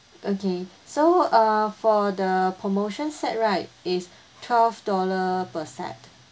okay so uh for the promotion set right is twelve dollar per set